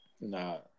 No